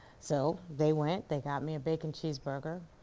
so they went, they got me a bacon cheeseburger.